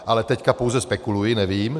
Ale teď pouze spekuluji, nevím.